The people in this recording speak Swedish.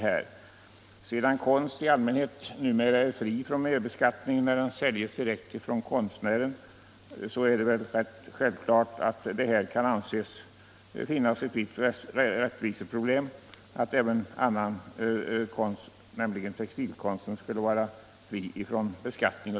Men sedan konst i allmänhet numera är undantagen från mervärdeskatt när den säljs direkt från konstnären så kan det väl rätt självklart finnas motiv för att även textilkonsten skulle vara fri från beskattning.